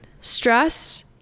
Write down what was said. stress